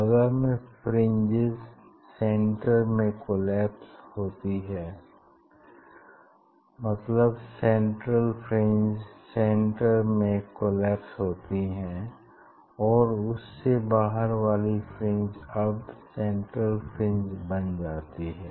अगर fringes centre में collapse होती हैं मतलब सेन्ट्रल फ्रिंज सेंटर में कोलैप्स होती है और उससे बाहर वाली फ्रिंज अब सेंट्रल फ्रिंज बन जाती है